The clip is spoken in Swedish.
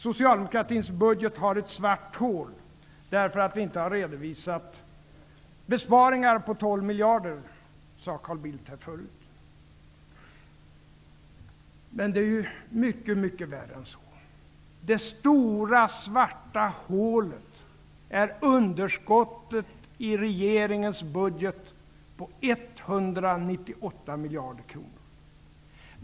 Socialdemokratins budget har ett stort svart hål, därför att vi inte har redovisat besparingar på 12 miljarder kronor, sade Carl Bildt här förut. Men det är mycket värre än så. Det stora svarta hålet är underskottet i regeringens budget på 198 miljarder kronor.